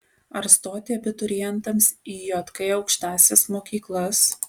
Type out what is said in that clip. ar stoti abiturientams į jk aukštąsias mokyklas